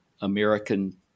American